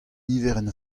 niverenn